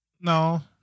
No